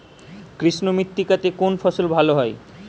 কৃষ্ণ মৃত্তিকা তে কোন ফসল ভালো হয়?